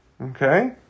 Okay